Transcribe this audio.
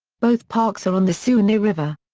both parks are on the suwannee river.